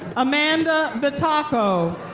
amanda vitacco.